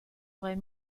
aurait